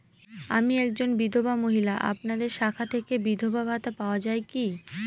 আমি একজন বিধবা মহিলা আপনাদের শাখা থেকে বিধবা ভাতা পাওয়া যায় কি?